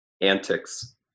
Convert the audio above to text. antics